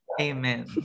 Amen